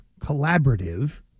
collaborative